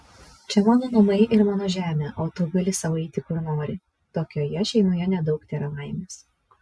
čia mano namai ir mano žemė o tu gali sau eiti kur nori tokioje šeimoje nedaug tėra laimės